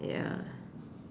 ya